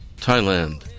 Thailand